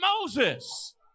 Moses